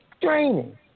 draining